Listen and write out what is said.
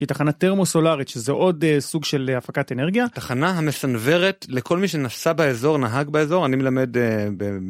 היא תחנת טרמוסולרית, שזו עוד סוג של הפקת אנרגיה. תחנה המסנוורת לכל מי שנסע באזור, נהג באזור, אני מלמד ב...